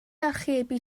archebu